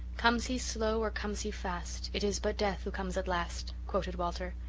comes he slow or comes he fast it is but death who comes at last quoted walter.